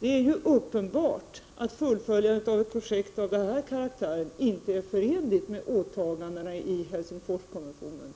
Det är ju uppenbart att fullföljandet av ett projekt av den här karaktären inte är förenligt med åtagandena i Helsingforskonventionen.